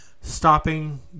Stopping